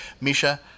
Misha